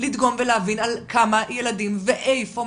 לדגום ולהבין על כמה ילדים מדובר ואיפה.